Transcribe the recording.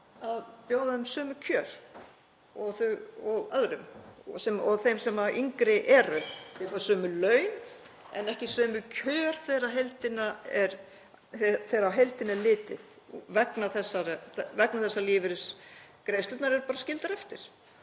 að bjóða þeim sömu kjör og öðrum, þeim sem yngri eru. Þau fá sömu laun en ekki sömu kjör þegar á heildina er litið vegna þess að lífeyrisgreiðslurnar eru skildar eftir.